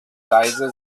leise